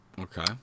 Okay